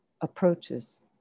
approaches